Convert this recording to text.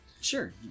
Sure